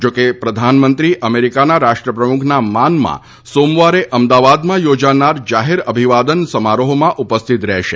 જોકે પ્રધાનમંત્રી અમેરિકાના રાષ્ટ્રપ્રમુખના માનમાં સોમવારે અમદાવાદમાં યોજાનાર જાહેર અભિવાદન સમારોહમાં ઉપસ્થિત રહેશે